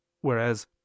whereas